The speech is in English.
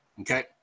okay